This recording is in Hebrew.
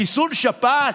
חיסון שפעת?